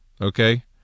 Okay